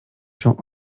się